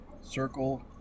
Circle